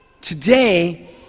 Today